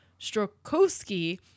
Strokowski